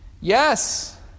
Yes